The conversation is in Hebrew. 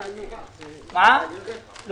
הישיבה ננעלה בשעה 13:31.